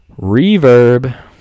reverb